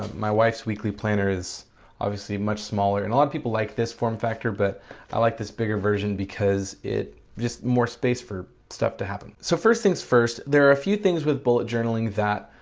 my wife's weekly planner is obviously much smaller, and a lot of people like this form factor but i like this bigger version because it's just more space for stuff to happen. so first things first, there are a few things with bullet journaling that